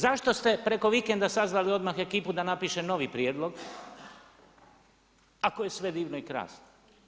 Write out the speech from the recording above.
Zašto ste preko vikenda sazvali odmah ekipu da napiše novi prijedlog ako je sve divno i krasno?